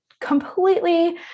completely